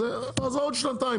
אז עוד שנתיים.